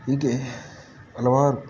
ಹೀಗೆ ಹಲವಾರು